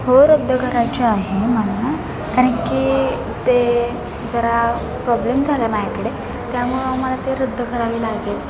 हो रद्द करायची आहे मला कारण की ते जरा प्रॉब्लेम झाला माझ्याकडे त्यामुळं मला ते रद्द करावी लागेल